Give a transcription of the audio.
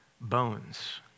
bones